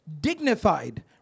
dignified